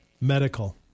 medical